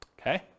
okay